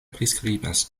priskribas